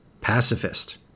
pacifist